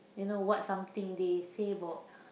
you know what something they say about uh